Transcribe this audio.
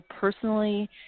personally